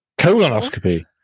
Colonoscopy